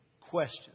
question